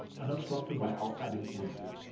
unobstructed by outside influences,